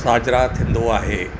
साझरा थींदो आहे